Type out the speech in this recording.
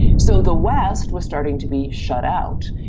so the west was starting to be shut out.